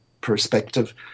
perspective